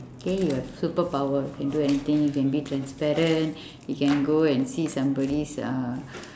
okay you have superpower you can do anything you can be transparent you can go and see somebody's uh